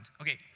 Okay